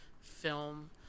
film-